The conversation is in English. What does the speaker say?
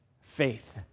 faith